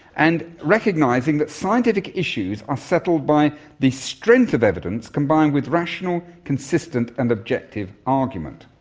and recognising that scientific issues are settled by the strength of evidence combined with rational, consistent and objective argument.